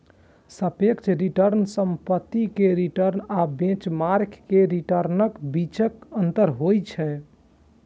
सापेक्ष रिटर्न परिसंपत्ति के रिटर्न आ बेंचमार्क के रिटर्नक बीचक अंतर होइ छै